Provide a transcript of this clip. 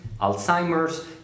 Alzheimer's